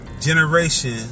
generation